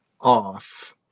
off